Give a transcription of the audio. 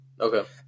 Okay